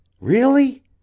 Really